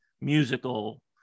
musical